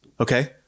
Okay